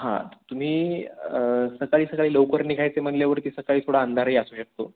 हां तुम्ही सकाळी सकाळी लवकर निघायचं म्हणल्यावरती सकाळी थोडा अंधारही असू शकतो